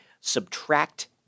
subtract